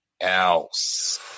else